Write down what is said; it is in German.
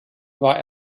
war